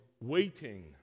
waiting